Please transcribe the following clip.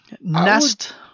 Nest